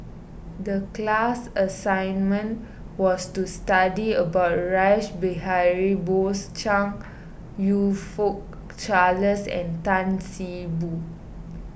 the class assignment was to study about Rash Behari Bose Chong You Fook Charles and Tan See Boo